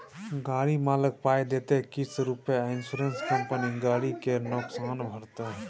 गाड़ी मालिक पाइ देतै किस्त रुपे आ इंश्योरेंस कंपनी गरी केर नोकसान भरतै